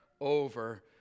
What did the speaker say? over